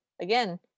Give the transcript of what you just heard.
again